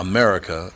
America